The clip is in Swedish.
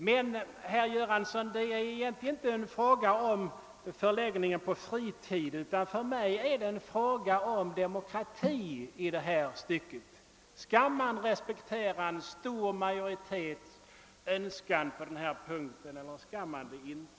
Men, herr Göransson, detta är för mig egentligen inte en fråga om förläggningen av korum till fritid eller ej utan en fråga om demokrati. Vad det gäller är huruvida man skall respektera en stor majoritets önskan på denna punkt eller inte skall göra det.